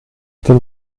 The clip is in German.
den